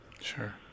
Sure